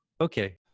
okay